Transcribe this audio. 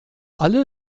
alle